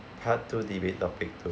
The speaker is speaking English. part two debate topic two